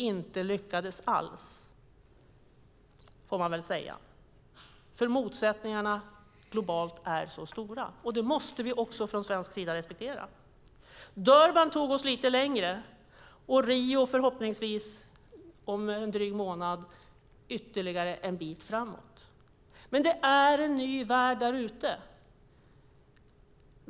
Det lyckades inte alls, får man väl säga. Motsättningarna globalt är så stora. Det måste vi också från svensk sida respektera. Durban tog oss lite längre, och i Rio om drygt en månad kommer vi förhoppningsvis ytterligare en bit framåt. Men det är en ny värld där ute.